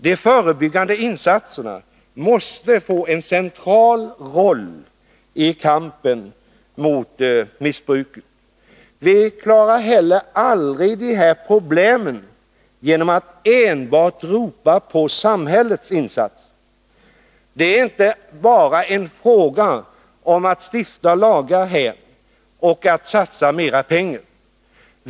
De förebyggande insatserna måste få en central roll i kampen mot missbruket. Vi klarar heller aldrig dessa problem enbart genom att ropa på samhällets insatser. Det är här inte bara frågan om att stifta lagar och att satsa mera pengar.